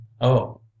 Oh